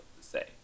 say